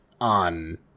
on